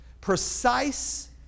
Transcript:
precise